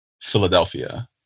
philadelphia